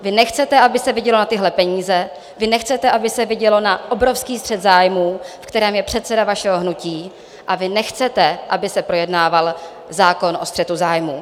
Vy nechcete, aby se vidělo na tyhle peníze, vy nechcete, aby se vidělo na obrovský střet zájmů, ve kterém je předseda vašeho hnutí, a vy nechcete, aby se projednával zákon o střetu zájmů.